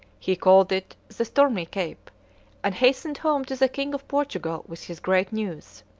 he called it the stormy cape and hastened home to the king of portugal with his great news.